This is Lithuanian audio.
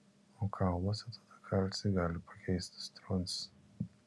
o kauluose tada kalcį gali pakeisti stroncis